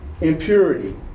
impurity